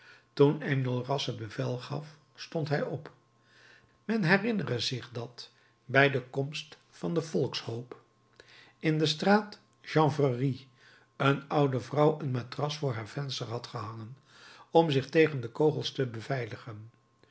toen enjolras het bevel gaf stond hij op men herinnere zich dat bij de komst van den volkshoop in de straat chanvrerie een oude vrouw een matras voor haar venster had gehangen om zich tegen de kogels te beveiligen